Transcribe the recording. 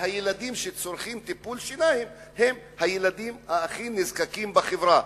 וילדים שצורכים טיפול שיניים הם הילדים הכי נזקקים בחברה?